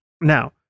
Now